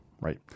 Right